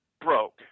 broke